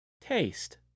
taste